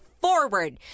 forward